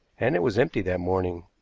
and it was empty that morning.